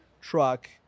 truck